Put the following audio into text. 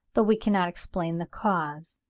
though we cannot explain the cause.